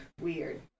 weird